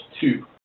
two